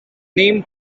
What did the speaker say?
name